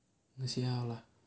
let's see how lah